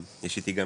יש איתי גם